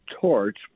torch